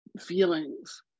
feelings